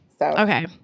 okay